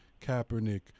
Kaepernick